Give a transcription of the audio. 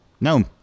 No